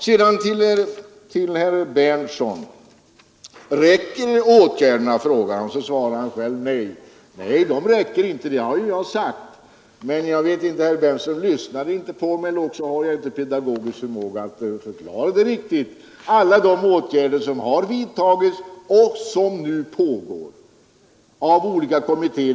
Herr Berndtson frågar om åtgärderna räcker och svarar själv nej. Nej, de räcker inte, det har jag också sagt. Men herr Berndtson lyssnade väl inte på mig, eller också har jag inte pedagogisk förmåga att förklara detta riktigt. Jag talade om alla åtgärder som har vidtagits och om det arbete som nu pågår exempelvis inom olika kommittéer.